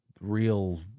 real